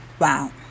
wow